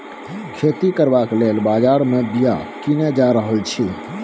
खेती करबाक लेल बजार मे बीया कीने जा रहल छी